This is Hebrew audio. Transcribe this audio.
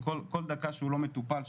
כל דקה שהוא לא מטופל שעוברת,